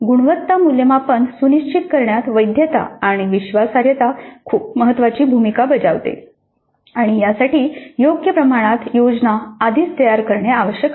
गुणवत्ता मूल्यमापन सुनिश्चित करण्यात वैधता आणि विश्वासार्हता खूप महत्वाची भूमिका बजावते आणि यासाठी योग्य प्रमाणात योजना आधीच तयार करणे आवश्यक आहे